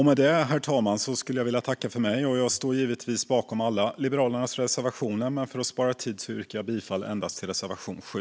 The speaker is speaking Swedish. Med det, herr talman, skulle jag vilja tacka för mig. Jag står givetvis bakom alla Liberalernas reservationer, men för att spara tid yrkar jag bifall endast till reservation 7.